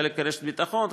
חלק כרשת ביטחון,